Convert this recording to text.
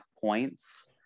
points